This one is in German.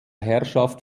herrschaft